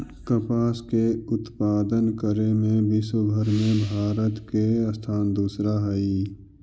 कपास के उत्पादन करे में विश्वव भर में भारत के स्थान दूसरा हइ